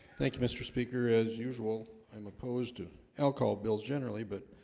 thank you mr. speaker as usual, i'm opposed to alcohol bills generally but